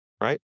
right